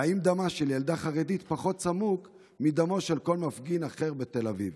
והאם דמה של ילדה חרדית פחות סמוק מדמו של כל מפגין אחר בתל אביב?